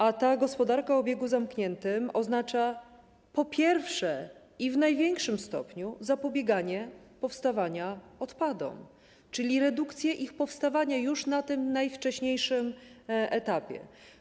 A ta gospodarka o obiegu zamkniętym oznacza, po pierwsze i w największym stopniu, zapobieganie powstawaniu odpadom, czyli redukcję ich powstawania już na najwcześniejszym etapie.